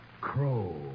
Crow